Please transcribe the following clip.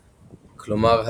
כלומר,